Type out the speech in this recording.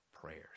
prayers